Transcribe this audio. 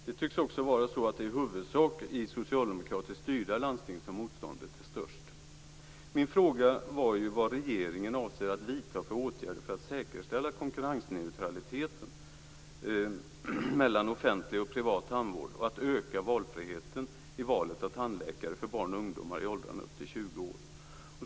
Det tycks också vara så att det i huvudsak är i socialdemokratiskt styrda landsting som motståndet är störst.